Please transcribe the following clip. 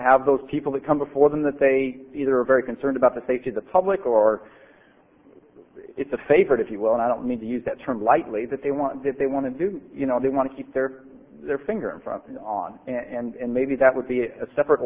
have those people that come before them that they are very concerned about the safety of the public or it's a favorite if you will and i don't mean to use that term lightly that they want that they want to do you know they want to keep their finger in front on and maybe that would be a separate